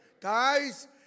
Guys